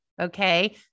okay